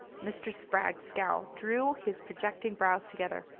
mr. spragg's scowl drew his projecting brows together.